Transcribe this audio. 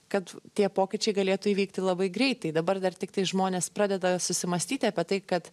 kad tie pokyčiai galėtų įvykti labai greitai dabar dar tiktai žmonės pradeda susimąstyti apie tai kad